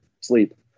sleep